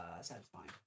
satisfying